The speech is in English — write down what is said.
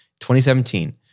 2017